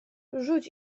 rzuć